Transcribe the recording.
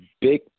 big